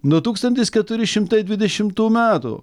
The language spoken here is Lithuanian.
nuo tūkstantis keturi šimtai dvidešimtų metų